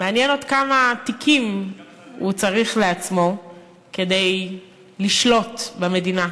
מעניין עוד כמה תיקים הוא צריך לעצמו כדי לשלוט במדינה.